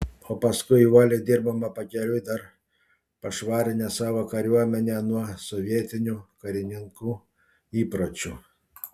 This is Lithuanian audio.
o paskui uoliai dirbome pakeliui dar pašvarinę savo kariuomenę nuo sovietinių karininkų įpročių